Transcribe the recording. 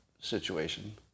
situation